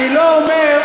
אני לא אומר,